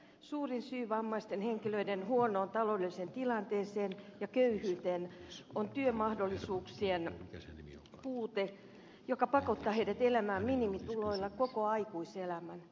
suurin syy vammaisten henkilöiden huonoon taloudelliseen tilanteeseen ja köyhyyteen on työmahdollisuuksien puute joka pakottaa heidät elämään minimituloilla koko aikuiselämän